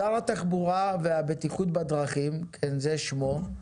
שר התחבורה והבטיחות בדרכים, כן, זה שמו,